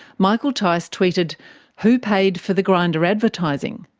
michael tiyce tweeted who paid for the grindr advertising?